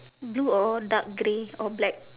blue or dark grey or black